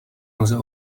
lze